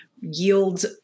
yields